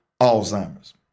Alzheimer's